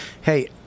Hey